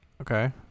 Okay